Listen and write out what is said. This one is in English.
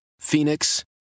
Phoenix